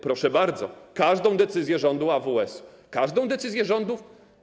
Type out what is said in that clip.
Proszę bardzo, każdą decyzję rządu AWS-u, każdą decyzję rządu.